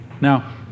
Now